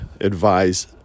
advise